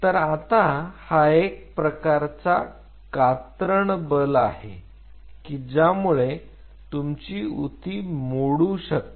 तर आता हा एक प्रकारचा कात्रण बल आहे की ज्यामुळे तुमची उती मोडू शकते